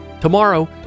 Tomorrow